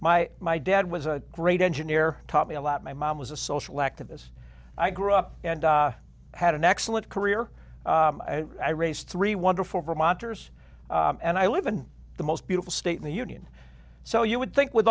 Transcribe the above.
my my dad was a great engineer taught me a lot my mom was a social activists i grew up and i had an excellent career i raised three wonderful vermonters and i live in the most beautiful state in the union so you would think with